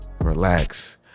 relax